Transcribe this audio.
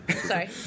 Sorry